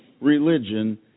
religion